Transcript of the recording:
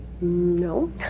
No